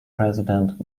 president